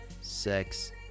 sex